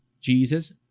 Jesus